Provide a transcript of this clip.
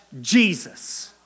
Jesus